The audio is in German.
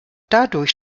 dadurch